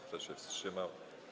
Kto się wstrzymał?